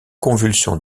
convulsions